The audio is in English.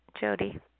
Jody